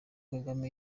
kagame